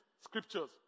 scriptures